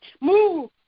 move